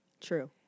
True